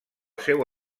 seu